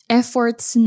efforts